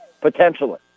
potentially